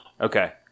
Okay